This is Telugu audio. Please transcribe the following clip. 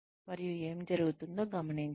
మరియు ఏమి జరుగుతుందో గమనించండి